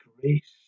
grace